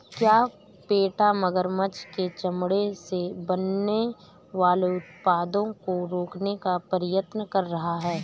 क्या पेटा मगरमच्छ के चमड़े से बनने वाले उत्पादों को रोकने का प्रयत्न कर रहा है?